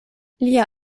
lia